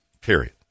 Period